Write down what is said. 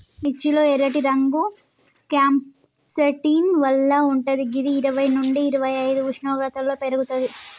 మిర్చి లో ఎర్రటి రంగు క్యాంప్సాంటిన్ వల్ల వుంటది గిది ఇరవై నుండి ఇరవైఐదు ఉష్ణోగ్రతలో పెర్గుతది